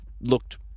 looked